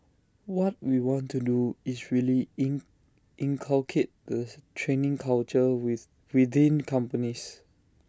what we want to do is really in inculcate the training culture with within companies